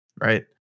right